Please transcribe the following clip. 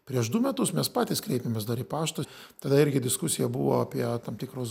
prieš du metus mes patys kreipėmės dar į paštą tada irgi diskusija buvo apie tam tikrus